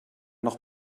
noch